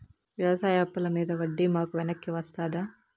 వ్యవసాయ అప్పుల మీద వడ్డీ మాకు వెనక్కి వస్తదా?